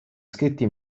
scritti